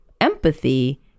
empathy